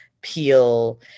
peel